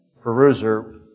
peruser